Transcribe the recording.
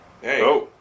Hey